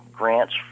grants